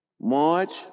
March